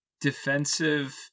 defensive